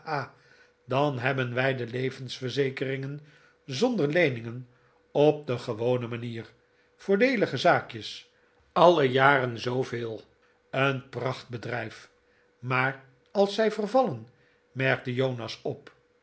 dan hebben wij de levensverzekeringen zonder leeningen op de gewone manier voordeelige zaakjes alle jaren zooveel een prachtbedrijf maar als zij vervallen merkte jonas op